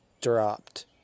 dropped